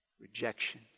rejection